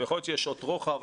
יכול להיות שיש שעות רוחב,